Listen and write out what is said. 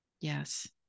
Yes